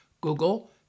Google